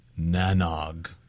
Nanog